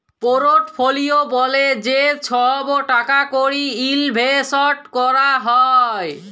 portfolio ব্যলে যে ছহব টাকা কড়ি ইলভেসট ক্যরা হ্যয়